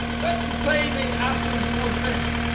but play made absolutely no sense.